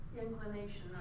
inclination